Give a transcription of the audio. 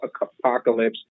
apocalypse